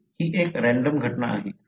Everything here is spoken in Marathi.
ही एक रँडम घटना आहे